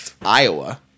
Iowa